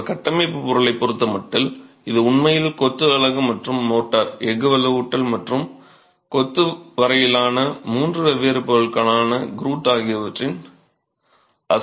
ஒரு கட்டமைப்புப் பொருளைப் பொறுத்தமட்டில் இது உண்மையில் கொத்து அலகு மற்றும் மோர்ட்டார் எஃகு வலுவூட்டல் மற்றும் கொத்து வரையிலான மூன்று வெவ்வேறு பொருட்களான க்ரூட்ஆகியவற்றின் அசெம்பிளி ஆகும்